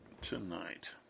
Tonight